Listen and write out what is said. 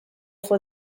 for